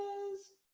is,